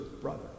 brother